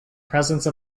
presence